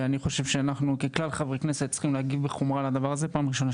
וזה שאנחנו משקיעים בעלייה.